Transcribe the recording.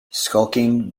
skulking